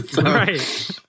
right